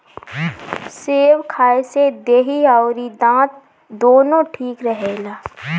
सेब खाए से देहि अउरी दांत दूनो ठीक रहेला